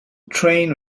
train